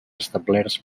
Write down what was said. establerts